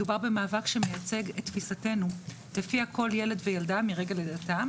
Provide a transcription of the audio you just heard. מדובר במאבק שמייצג את תפיסתנו לפיה כל ילד וילדה מרגע לידתם